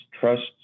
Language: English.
trusts